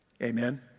Amen